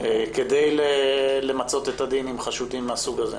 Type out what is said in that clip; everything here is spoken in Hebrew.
כדי למצות את הדין עם חשודים מהסוג הזה.